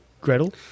Gretel